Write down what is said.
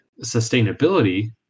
sustainability